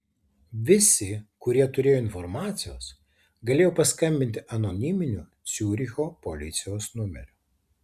visi kurie turėjo informacijos galėjo paskambinti anoniminiu ciuricho policijos numeriu